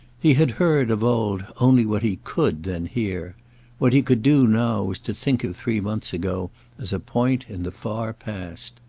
he had heard, of old, only what he could then hear what he could do now was to think of three months ago as a point in the far past.